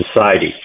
society